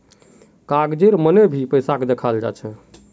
कागजेर मन भी पैसाक दखाल जा छे